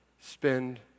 spend